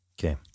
Okay